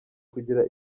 kugira